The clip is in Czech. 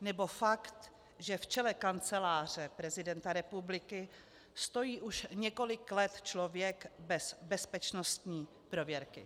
nebo fakt, že v čele Kanceláře prezidenta republika stojí už několik let člověk bez bezpečnostní prověrky.